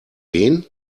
wen